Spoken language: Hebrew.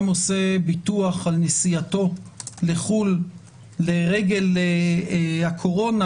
עושה ביטוח על נסיעתו לחו"ל לרגל הקורונה,